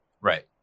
Right